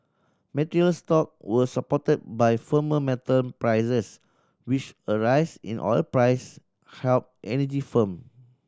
materials stock were supported by firmer metal prices which a rise in oil price helped energy firm